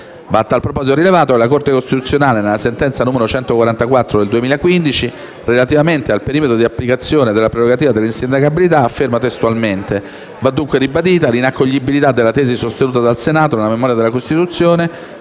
A tal proposito va rilevato che la Corte costituzionale, nella sentenza n. 144 del 2015, relativamente al perimetro di applicazione della prerogativa dell'insindacabilità, afferma testualmente: «Va, dunque, ribadita l'inaccoglibilità della tesi sostenuta dal Senato nella memoria di costituzione,